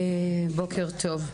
בוקר טוב.